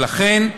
לכן,